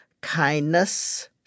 kindness